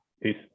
Peace